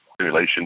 simulation